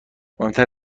مهمتر